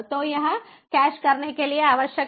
तो यह कैश करने के लिए आवश्यक है